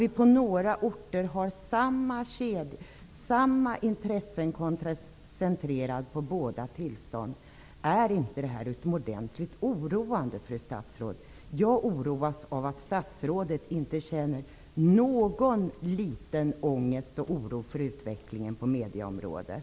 Är det bra att samma intressen är koncentrerade till tillstånden på ett par orter? Är inte det här utomordentligt oroande, fru statsråd? Jag oroas av att statsrådet inte känner någon liten ångest eller oro inför utvecklingen på mediaområdet.